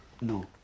No